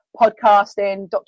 Podcasting